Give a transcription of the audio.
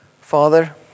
Father